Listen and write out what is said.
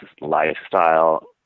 lifestyle